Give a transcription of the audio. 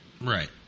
Right